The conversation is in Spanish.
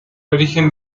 origen